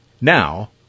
Now